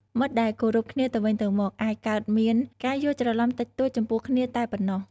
មិត្តដែលគោរពគ្នាទៅវិញទៅមកអាចកើតមានការយល់ច្រឡំតិចតួចចំពោះគ្នាតែប៉ុណ្ណោះ។